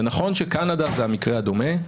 נכון שקנדה זה המקרה הדומה,